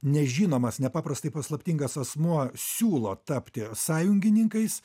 nežinomas nepaprastai paslaptingas asmuo siūlo tapti sąjungininkais